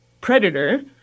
predator –